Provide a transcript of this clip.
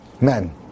men